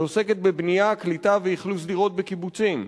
שעוסקת בבנייה, קליטה ואכלוס של דירות בקיבוצים,